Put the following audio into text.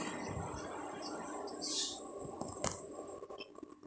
shh